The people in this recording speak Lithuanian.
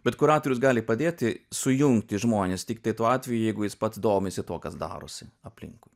bet kuratorius gali padėti sujungti žmones tiktai tuo atveju jeigu jis pats domisi tuo kas darosi aplinkui